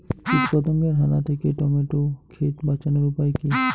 কীটপতঙ্গের হানা থেকে টমেটো ক্ষেত বাঁচানোর উপায় কি?